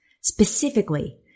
Specifically